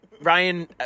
Ryan